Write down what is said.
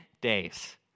days